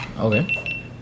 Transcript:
Okay